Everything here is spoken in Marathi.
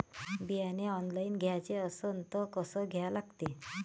बियाने ऑनलाइन घ्याचे असन त कसं घ्या लागते?